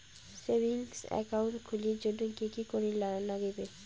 Savings account খুলির জন্যে কি কি করির নাগিবে?